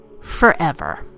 forever